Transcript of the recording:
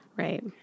Right